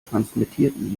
transmittierten